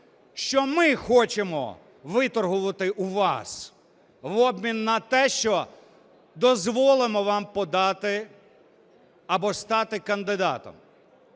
Що ми хочемо виторгувати у вас в обмін на те, що дозволимо вам подати або стати кандидатом?